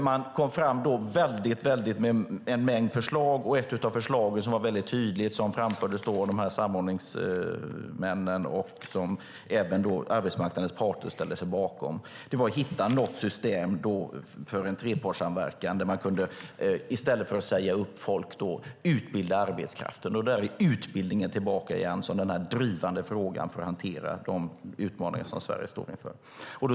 Man kom fram med en mängd förslag, och ett av förslagen som framfördes av de här samordningsmännen och som även arbetsmarknadens parter ställde sig bakom handlade om att hitta ett system för en trepartssamverkan där man kunde utbilda arbetskraften i stället för att säga upp folk. Där kommer utbildningen tillbaka som den drivande frågan för att hantera de utmaningar som Sverige står inför.